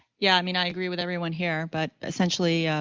yeah i mean i agree with everyone here but essentially,